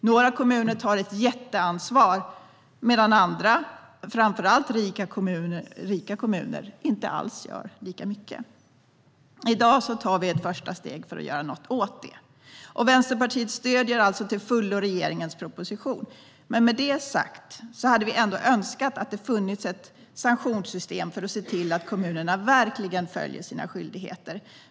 Några kommuner tar ett jätteansvar, medan andra, framför allt rika kommuner, inte alls gör lika mycket. I dag tar vi ett första steg för att göra något åt detta. Vänsterpartiet stöder till fullo regeringens proposition, men med det sagt hade vi önskat att det funnits ett sanktionssystem för att se till att kommunerna verkligen följer sina skyldigheter.